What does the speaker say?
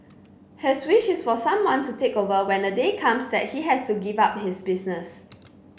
his wish is for someone to take over when the day comes that he has to give up his business